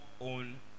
own